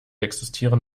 existieren